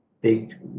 big